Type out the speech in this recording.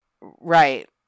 Right